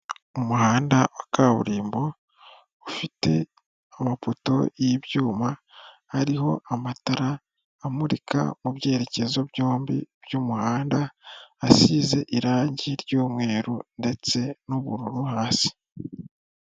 Umuhanda wa kaburimbo ufite amapoto y'ibyuma hariho amatara amurika mubyerekezo byombi byumuhanda asize irangi ryumweru ndetse n'ubururu hasi.